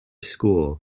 school